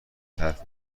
حرف